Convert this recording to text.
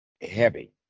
heavy